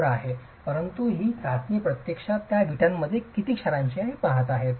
खरं आहे परंतु ही चाचणी प्रत्यक्षात त्या वीटमध्ये किती क्षारांची आहे हे पाहत आहे